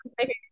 okay